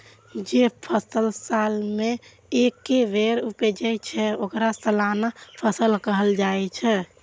जे फसल साल मे एके बेर उपजै छै, ओकरा सालाना फसल कहल जाइ छै